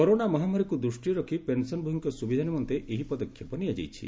corona ମହାମାରୀକୁ ଦୂଷ୍ଟିରେ ରଖି ପେନ୍ସନ୍ଭୋଗୀଙ୍କ ସୁବିଧା ନିମନ୍ତେ ଏହି ପଦକ୍ଷେପ ନିଆଯାଇଛି